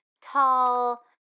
tall